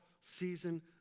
season